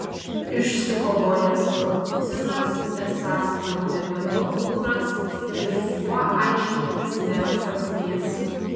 išsikovojęs kapucinas esąs jau nebe bachūras ir su juo aiškintis nėra prasmės